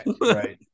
right